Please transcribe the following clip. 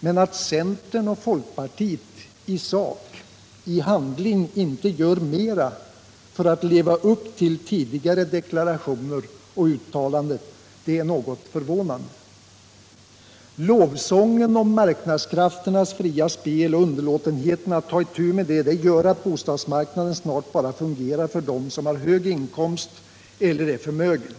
men att centern och folkpartiet i sak, i handling, inte gör mera för att leva upp till tidigare deklarationer och uttalanden är något förvånande. Lovsången om marknadskrafternas fria spel och underlåtenheten att ta itu med det gör att bostadsmarknaden snart bara fungerar för dem som har en hög inkomst eller är förmögna.